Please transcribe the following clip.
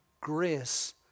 grace